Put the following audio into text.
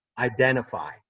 identify